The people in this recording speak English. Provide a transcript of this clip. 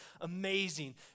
amazing